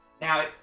Now